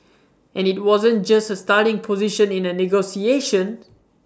and IT wasn't just A starting position in A negotiation